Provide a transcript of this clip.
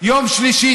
יום שלישי,